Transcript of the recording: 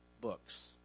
Books